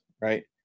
Right